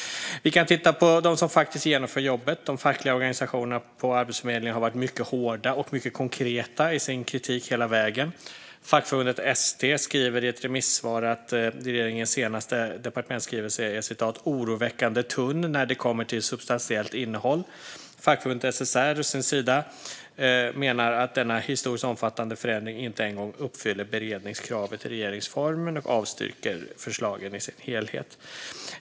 Vi kan titta på dem som faktiskt genomför jobbet. De fackliga organisationerna på Arbetsförmedlingen har hela vägen varit mycket hårda och mycket konkreta i sin kritik. Fackförbundet ST skriver i ett remissvar att regeringens senaste departementsskrivelse är oroväckande tunn när det kommer till substantiellt innehåll. Fackförbundet SSR menar å sin sida att denna historiskt omfattande förändring inte en gång uppfyller beredningskravet i regeringsformen och avstyrker förslagen i sin helhet.